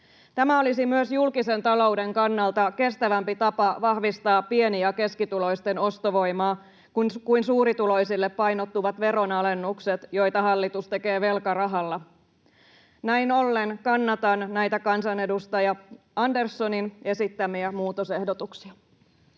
Tämä olisi myös julkisen talouden kannalta kestävämpi tapa vahvistaa pieni- ja keskituloisten ostovoimaa kuin suurituloisille painottuvat veronalennukset, joita hallitus tekee velkarahalla. Näin ollen kannatan näitä kansanedustaja Anderssonin esittämiä muutosehdotuksia.